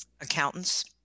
accountants